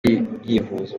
yivuza